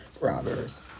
robbers